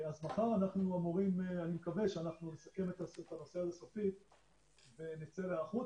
אז מחר אני מקווה שנסכם את הנושא הזה סופית ונצא להיערכות.